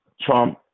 Trump